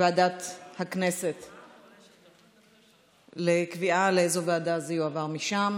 לוועדת הכנסת לקביעה לאיזו ועדה זה יועבר משם.